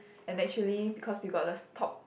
and actually because you got the top